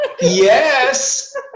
yes